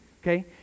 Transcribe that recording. okay